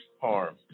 harm